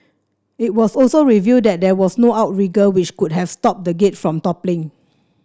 it was also revealed that there was no outrigger which could have stopped the gate from toppling